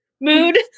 mood